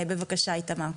בבקשה, איתמר.